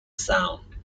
sound